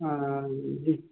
हँ